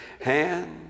hand